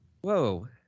Whoa